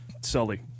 Sully